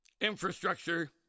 infrastructure